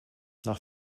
nach